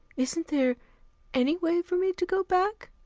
isn't there any way for me to go back?